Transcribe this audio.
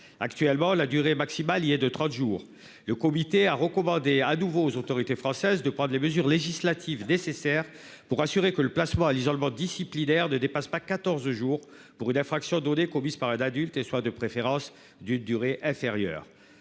actuellement la durée maximale. Il est de 30 jours. Le comité a recommandé à nouveau aux autorités françaises de prendre les mesures législatives nécessaires pour assurer que le placement à l'isolement disciplinaire ne dépasse pas 14 jours pour une infraction donné qu'on puisse parler d'adultes et soit de préférence d'une durée inférieure,